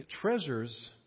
Treasures